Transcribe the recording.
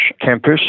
campus